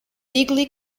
legally